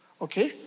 okay